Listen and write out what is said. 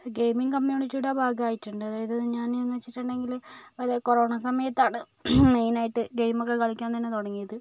gaming കമ്മ്യൂണിറ്റിയുടെ ഭാഗമായിട്ടുണ്ട് അതായത് ഞാൻ എന്നുവെച്ചിട്ടുണ്ടെങ്കിൽ അത് കൊറോണ സമയത്താണ് മൈനായിട്ട് ഗെയ്മൊക്കെ കളിക്കാൻ തന്നെ തുടങ്ങിയത്